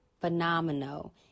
Phenomenal